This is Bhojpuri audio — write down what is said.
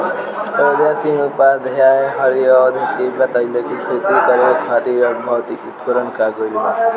अयोध्या सिंह उपाध्याय हरिऔध के बतइले कि खेती करे खातिर अब भौतिक उपकरण आ गइल बा